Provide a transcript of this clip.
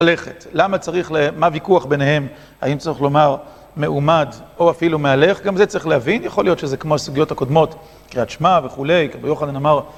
ללכת. למה צריך ל... מה הוויכוח ביניהם. האם צריך לומר "מעומד" או אפילו "מהלך". גם זה צריך להבין. יכול להיות שזה כמו הסוגיות הקודמות, קריאת שמע וכולי, רב יוחנן אמר...